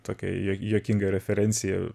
tokia juo juokingą referenciją